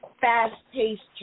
fast-paced